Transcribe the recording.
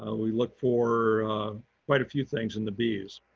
and we look for quite a few things in the bees.